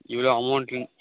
இவ்வளோ அமௌண்ட்டுன்னு